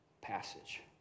passage